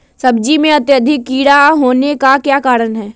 सब्जी में अत्यधिक कीड़ा होने का क्या कारण हैं?